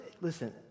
listen